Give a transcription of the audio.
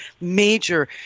major